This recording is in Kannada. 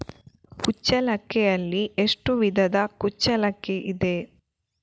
ಕುಚ್ಚಲಕ್ಕಿಯಲ್ಲಿ ಎಷ್ಟು ವಿಧದ ಕುಚ್ಚಲಕ್ಕಿ ಇದೆ?